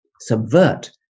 subvert